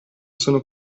sono